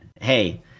hey